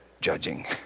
judging